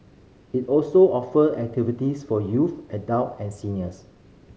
it also offer activities for youth adult and seniors